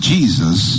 Jesus